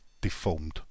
deformed